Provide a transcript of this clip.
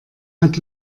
hat